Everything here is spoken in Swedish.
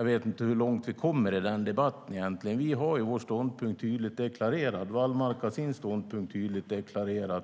vet jag inte hur långt vi egentligen kommer i debatten. Vi har vår ståndpunkt tydligt deklarerad. Wallmark har sin ståndpunkt tydligt deklarerad.